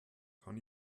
kann